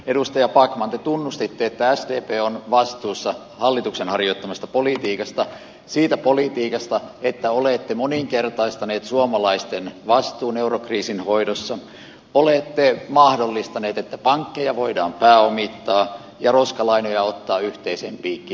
edustaja backman te tunnustitte että sdp on vastuussa hallituksen harjoittamasta politiikasta siitä politiikasta että olette moninkertaistaneet suomalaisten vastuun eurokriisin hoidossa olette mahdollistaneet että pankkeja voidaan pääomittaa ja roskalainoja ottaa yhteiseen piikkiin